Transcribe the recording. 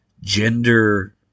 gender